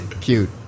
cute